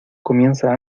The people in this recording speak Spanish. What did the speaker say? comienza